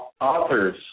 authors